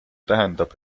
tähendab